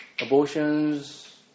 abortions